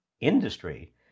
industry